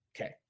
Okay